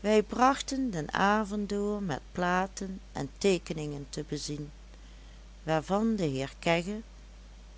wij brachten den avond door met platen en teekeningen te bezien waarvan de heer kegge